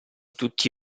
tutti